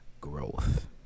growth